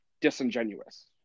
disingenuous